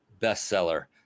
bestseller